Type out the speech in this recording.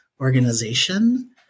organization